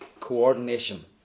coordination